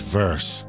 verse